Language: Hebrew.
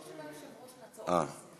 צריך אישור של היושב-ראש להצעות לסדר-היום.